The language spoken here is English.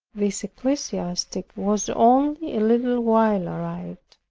this ecclesiastic was only a little while arrived.